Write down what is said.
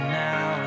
now